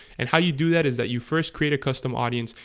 and how you do that is that you first create a custom audience?